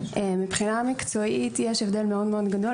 מבחינה מקצועית יש הבדל מאוד מאוד גדול